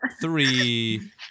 three